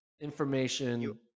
information